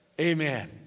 Amen